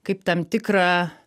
kaip tam tikrą